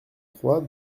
trois